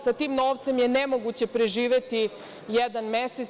Sa tim novcem je nemoguće preživeti jedan mesec.